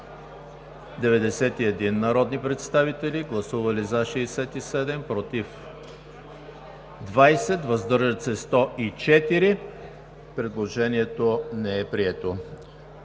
191 народни представители: за 67, против 20, въздържали се 104. Предложението не е прието.